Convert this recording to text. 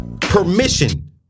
permission